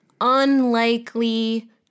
unlikely